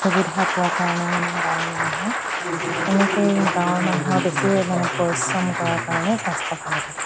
সুবিধা পোৱা কাৰণে মানে গাঁৱৰ মানুহে এনেকেই গাঁৱৰ মানুহৰ বেছি মানে পৰিশ্ৰম কৰাৰ কাৰণেই স্বাস্থ্য ভালে থাকে